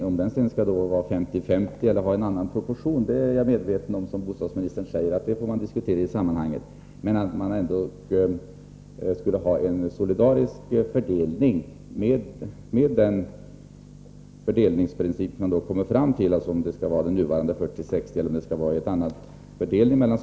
Jag är medveten om att vi, som bostadsministern säger, i sammanhanget får diskutera om den skall vara 50-50 eller ha en annan proportion. Klart är dock att vi skall ha ett solidariskt ansvar vilken fördelningsprincip mellan stat och kommun man än kommer fram till — den nuvarande proportionen 40-60 eller någon annan.